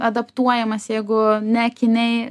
adaptuojamas jeigu ne akiniai